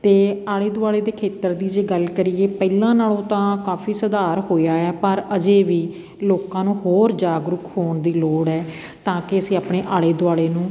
ਅਤੇ ਆਲੇ ਦੁਆਲੇ ਦੇ ਖੇਤਰ ਦੀ ਜੇ ਗੱਲ ਕਰੀਏ ਪਹਿਲਾਂ ਨਾਲੋਂ ਤਾਂ ਕਾਫੀ ਸੁਧਾਰ ਹੋਇਆ ਆ ਪਰ ਅਜੇ ਵੀ ਲੋਕਾਂ ਨੂੰ ਹੋਰ ਜਾਗਰੂਕ ਹੋਣ ਦੀ ਲੋੜ ਹੈ ਤਾਂ ਕਿ ਅਸੀਂ ਆਪਣੇ ਆਲੇ ਦੁਆਲੇ ਨੂੰ